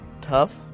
tough